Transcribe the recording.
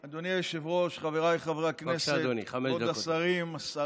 היושב-ראש, חבריי חברי הכנסת, כבוד השרים, השרה,